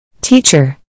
Teacher